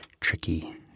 tricky